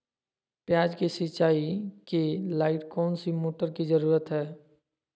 प्याज की सिंचाई के लाइट कौन सी मोटर की जरूरत है?